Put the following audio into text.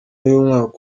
y’umwaka